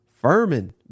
Furman